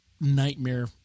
nightmare